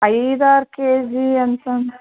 ಐದಾರು K G ಅಂತಂದು